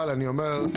אבל אני אומר,